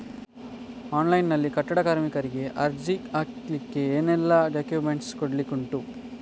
Online ನಲ್ಲಿ ಕಟ್ಟಡ ಕಾರ್ಮಿಕರಿಗೆ ಅರ್ಜಿ ಹಾಕ್ಲಿಕ್ಕೆ ಏನೆಲ್ಲಾ ಡಾಕ್ಯುಮೆಂಟ್ಸ್ ಕೊಡ್ಲಿಕುಂಟು?